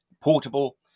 portable